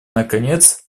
наконец